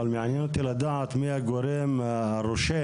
אבל מעניין אותי לדעת מי הגורם הראשון